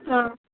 ಹಾಂ